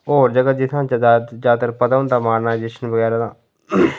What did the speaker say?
होर जगह् जित्थै जदात ज्यादात्तर पता होंदा माडर्नाइजेशन बगैरा दा